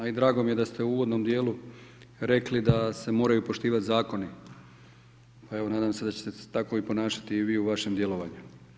A i drago mi je da ste u uvodnom dijelu rekli da se moraju poštivati zakoni, pa evo nadam se da ćete se tako ponašati i vi u vašem djelovanju.